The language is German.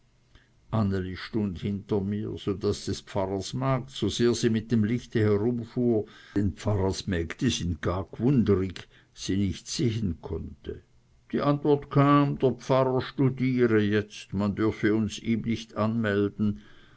anneli stund hinter mir so daß des pfarrers magd so sehr sie mit dem licht herumfuhr denn dpfarrersmägde sind gar gwundrig sie nicht sehen konnte die antwort kam der pfarrer studiere jetzt man dürfe uns ihm nicht anmelden